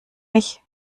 mich